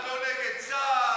1.60 מטר, אף אחד לא נגד חיילי צה"ל.